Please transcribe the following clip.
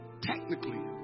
technically